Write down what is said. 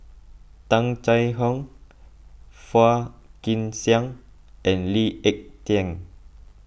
Tung Chye Hong Phua Kin Siang and Lee Ek Tieng